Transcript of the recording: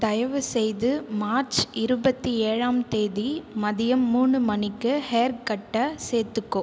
தயவுசெய்து மார்ச் இருபத்தி ஏழாம் தேதி மதியம் மூணு மணிக்கு ஹேர்கட்டை சேர்த்துக்கோ